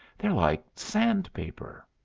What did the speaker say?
they're like sandpaper.